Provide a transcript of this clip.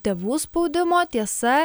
tėvų spaudimo tiesa